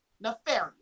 nefarious